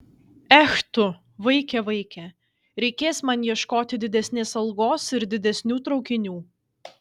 ech tu vaike vaike reikės man ieškoti didesnės algos ir didesnių traukinių